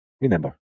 Remember